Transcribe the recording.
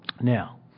Now